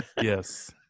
Yes